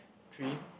three